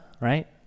right